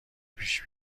پیش